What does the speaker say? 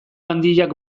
handiak